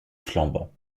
flambant